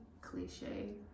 cliche